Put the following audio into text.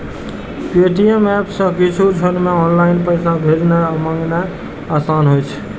Paytm app सं किछुए क्षण मे ऑनलाइन पैसा भेजनाय आ मंगेनाय आसान होइ छै